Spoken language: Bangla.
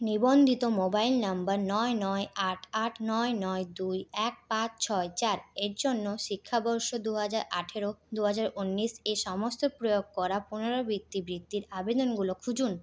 নিবন্ধিত মোবাইল নম্বর নয় নয় আট আট নয় নয় দুই এক পাঁচ ছয় চারের জন্য শিক্ষাবর্ষ দুহাজার আঠেরো দুহাজার উনিশ সমস্ত প্রয়োগ করা পুনরাবৃত্তি বৃত্তির আবেদনগুলো খুঁজুন